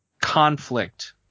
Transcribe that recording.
conflict